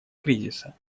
кризиса